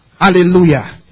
Hallelujah